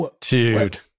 Dude